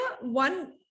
one